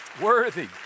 worthy